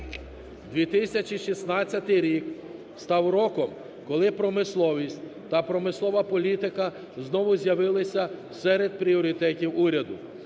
2016 рік став роком, коли промисловість та промислова політика знову з'явилися серед пріоритетів уряду,